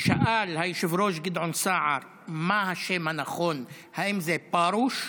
שאל היושב-ראש גדעון סער מה השם הנכון: האם זה פרוש?